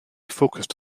focused